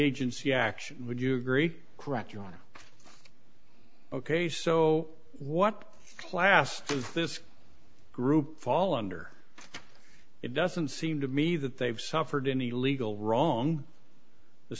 agency action would you agree correct your honor ok so what class this group fall under it doesn't seem to me that they've suffered any legal wrong the